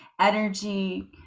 energy